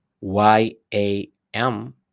y-a-m